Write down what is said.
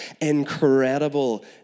Incredible